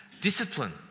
discipline